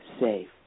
safe